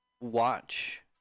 watch